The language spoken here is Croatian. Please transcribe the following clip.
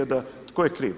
Da, tko je kriv?